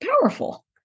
Powerful